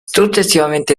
successivamente